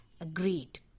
agreed